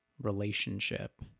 relationship